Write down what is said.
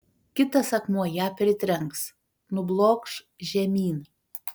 kitas akmuo ją pritrenks nublokš žemyn